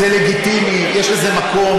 זה לגיטימי, יש לזה מקום.